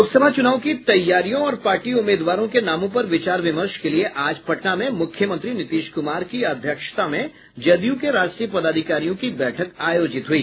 लोकसभा चुनाव की तैयारियों और पार्टी उम्मीदवारों के नामों पर विचार विमर्श के लिए आज पटना में मुख्यमंत्री नीतीश कुमार की अध्यक्षता में जदयू के राष्ट्रीय पदाधिकारियों की बैठक आयोजित हुई